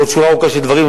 ועוד שורה ארוכה של דברים,